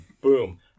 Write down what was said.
boom